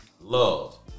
Love